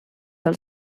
del